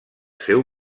seu